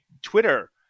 Twitter